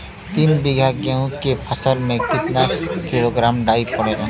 तीन बिघा गेहूँ के फसल मे कितना किलोग्राम डाई पड़ेला?